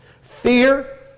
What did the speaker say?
fear